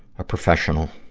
a professional,